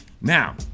now